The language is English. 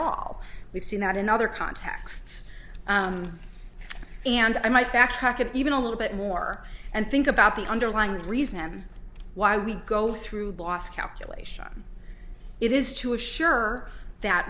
all we've seen that in other contexts and i might fact even a little bit more and think about the underlying reason why we go through the last calculation it is to assure that